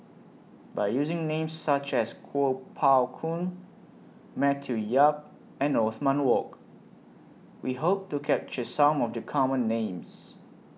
By using Names such as Kuo Pao Kun Matthew Yap and Othman Wok We Hope to capture Some of The Common Names